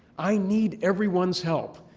i need everyone's help,